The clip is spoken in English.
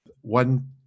One